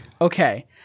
Okay